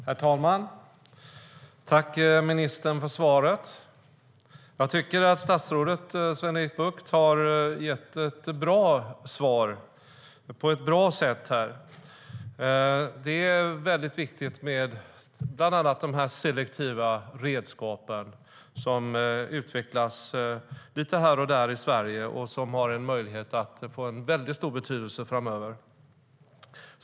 Herr talman! Jag tackar ministern för svaret. Jag tycker att statsrådet Sven-Erik Bucht har gett ett bra svar, på ett bra sätt. Det är väldigt viktigt med bland annat de selektiva redskap som utvecklas lite här och där i Sverige och som har en möjlighet att få mycket stor betydelse framöver.